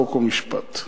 חוק ומשפט,